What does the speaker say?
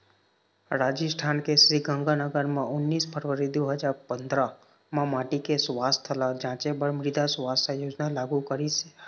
राजिस्थान के श्रीगंगानगर म उन्नीस फरवरी दू हजार पंदरा म माटी के सुवास्थ ल जांचे बर मृदा सुवास्थ योजना लागू करिस हे